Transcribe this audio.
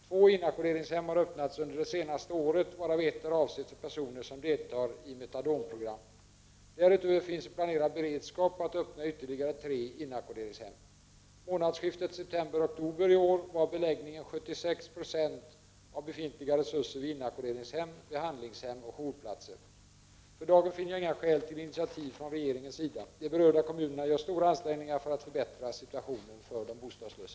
Två inackorderingshem har öppnats under det senaste året, varav ett är avsett för personer som deltar i metadonprogram. Därutöver finns en planerad beredskap på att öppna yt För dagen finner jag inga skäl till initiativ från regeringens sida. De berörda kommunerna gör stora ansträngningar för att förbättra situationen för de bostadslösa.